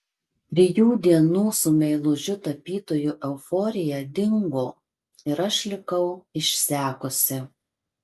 trijų dienų su meilužiu tapytoju euforija dingo ir aš likau išsekusi